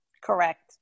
Correct